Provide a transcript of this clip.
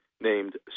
named